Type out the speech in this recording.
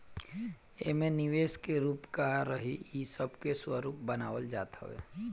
एमे निवेश के रूप का रही इ सब के स्वरूप बनावल जात हवे